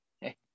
Hey